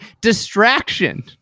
distraction